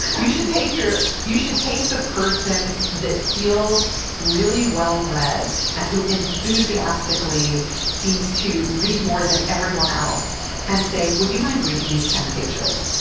you should take your. you should take the person that feels really well read and who enthusiastically seems to read more than everyone else and say, would you mind reading these ten pages?